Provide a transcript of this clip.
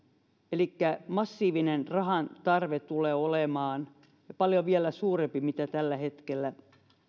elikkä rahantarve tulee olemaan massiivinen ja vielä paljon suurempi kuin tällä hetkellä